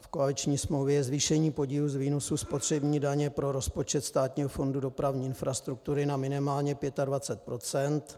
V koaliční smlouvě zvýšení podílu z výnosů spotřební daně pro rozpočet Státního fondu dopravní infrastruktury na minimálně 25 %.